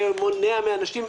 ומונע מאנשים.